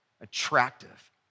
attractive